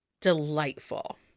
delightful